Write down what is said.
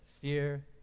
fear